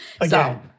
Again